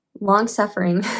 Long-suffering